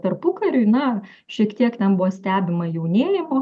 tarpukariui na šiek tiek ten buvo stebima jaunėjimo